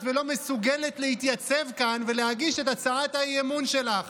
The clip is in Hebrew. ולא מסוגלת להתייצב כאן ולהגיש את הצעת אי-האמון שלך.